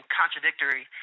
contradictory